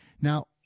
Now